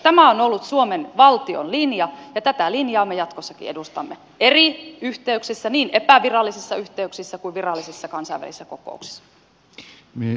tämä on ollut suomen valtion linja ja tätä linjaa me jatkossakin edustamme eri yhteyksissä niin epävirallisissa yhteyksissä kuin virallisissa kansainvälisissä kokouksissa